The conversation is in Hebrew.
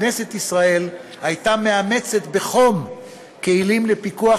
כנסת ישראל הייתה מאמצת בחום כלים לפיקוח